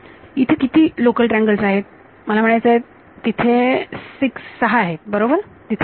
इथे किती local triangles आहेत मला म्हणायचं तेथेच 6 आहेत तिथे बरोबर